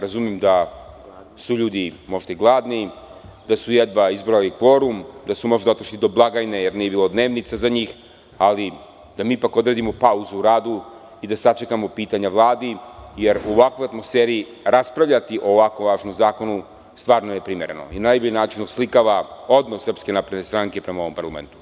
Razumem da su ljudi možda i gladni, da su jedva izbrojali kvorum, da su možda otišli do blagajne, jer nije bilo dnevnica za njih, ali da mi ipak odredimo pauzu u radu i da sačekamo pitanja Vladi, jer u ovakvoj atmosferi raspravljati o ovako važnom zakonu stvarno je neprimereno i na najbolji način oslikava odnos SNS prema ovom parlamentu.